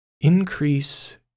increase